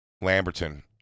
Lamberton